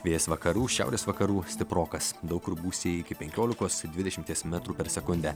vėjas vakarų šiaurės vakarų stiprokas daug kur gūsiai iki penkiolikos dvidešimties metrų per sekundę